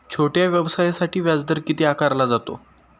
छोट्या व्यवसायासाठी व्याजदर किती आकारला जातो?